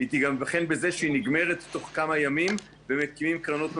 היא גם תיבחן בזה שהיא נגמרת בתוך כמה ימים ומקימים קרנות נוספות.